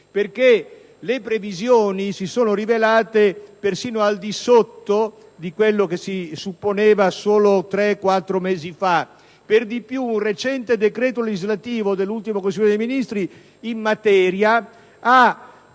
perché le previsioni si sono rivelate persino al di sotto di quello che si supponeva solo tre-quattro mesi fa. Per di più, un recente decreto legislativo dell'ultimo Consiglio dei ministri in materia ha